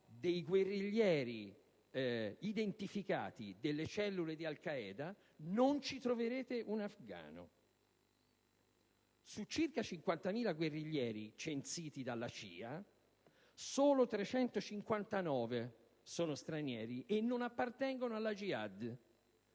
dei guerriglieri identificati delle cellule di Al Qaeda, non ci troverete un afgano. Su circa 50.000 guerriglieri censiti dalla CIA, solo 359 sono stranieri e non appartengono alla *jihad*.